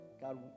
God